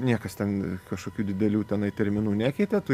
niekas ten kažkokių didelių tenai terminų nekeitė tu